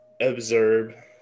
observe